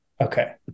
Okay